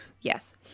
yes